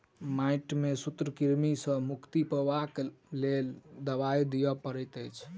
माइट में सूत्रकृमि सॅ मुक्ति पाबअ के लेल दवाई दियअ पड़ैत अछि